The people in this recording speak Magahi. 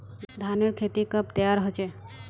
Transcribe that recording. धानेर खेती कब तैयार होचे?